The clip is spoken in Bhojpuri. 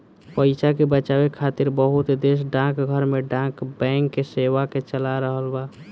पइसा के बचावे खातिर बहुत देश डाकघर में डाक बैंक सेवा के चला रहल बा